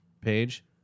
page